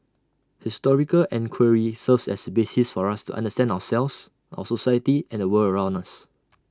historical enquiry serves as A basis for us to understand ourselves our society and the world around us